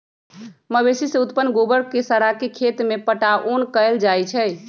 मवेशी से उत्पन्न गोबर के सड़ा के खेत में पटाओन कएल जाइ छइ